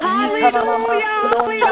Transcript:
Hallelujah